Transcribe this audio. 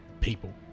people